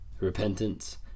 repentance